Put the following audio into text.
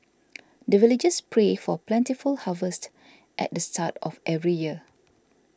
the villagers pray for plentiful harvest at the start of every year